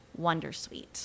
Wondersuite